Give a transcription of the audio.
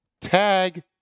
Tag